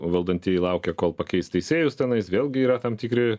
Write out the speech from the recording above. valdantieji laukia kol pakeis teisėjus tenais vėlgi yra tam tikri